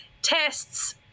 tests